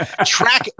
Track